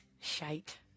Shite